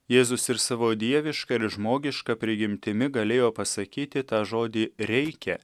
jėzus ir savo dieviška ir žmogiška prigimtimi galėjo pasakyti tą žodį reikia